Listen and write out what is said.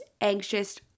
anxious